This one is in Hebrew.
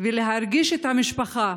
ולהרגיש את המשפחה